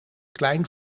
klein